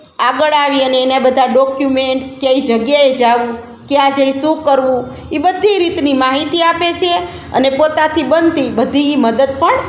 આગળ આવી અને એના બધાં ડોક્યુમેન્ટ કઈ જગ્યાએ જવું ક્યાં જઈ શું કરવું એ બધી રીતની માહિતી આપે છે અને પોતાથી બનતી બધી એ મદદ પણ